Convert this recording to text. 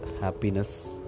happiness